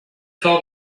called